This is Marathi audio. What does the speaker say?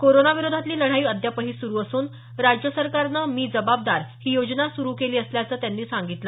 कोरोना विरोधातली लढाई अद्यापही सुरु असून राज्य सरकारनं मी जबाबदार ही योजना सुरु केली असल्याचं त्यांनी सांगितलं